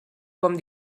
com